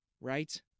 right